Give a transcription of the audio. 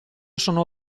sono